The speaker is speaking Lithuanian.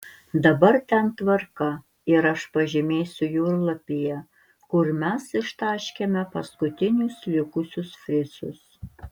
dabar ten tvarka ir aš pažymėsiu jūrlapyje kur mes ištaškėme paskutinius likusius fricus